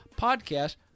podcast